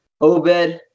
Obed